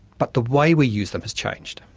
but the way we use them has changed.